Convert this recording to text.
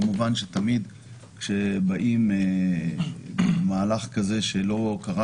כמובן שתמיד כשבאים עם מהלך שלא קרה